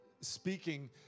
speaking